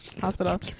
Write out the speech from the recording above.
hospital